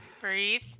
breathe